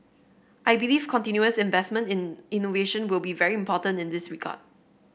I believe continuous investment in innovation will be very important in this regard